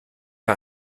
wir